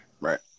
Right